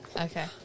Okay